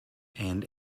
and